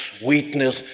sweetness